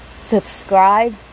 subscribe